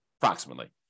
approximately